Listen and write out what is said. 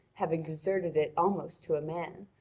having deserted it almost to a man,